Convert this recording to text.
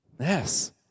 Yes